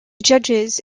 judges